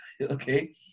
okay